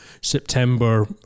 September